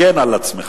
מגן על עצמך.